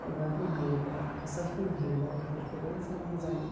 माबा होनो हायोब्ला हासार होनो हायोब्ला बेफोरखौबो जों मोजां